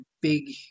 big